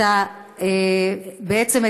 בעצם,